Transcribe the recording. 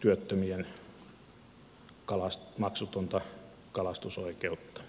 työttömien maksutonta kalastusoikeutta